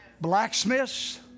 Blacksmiths